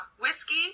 Whiskey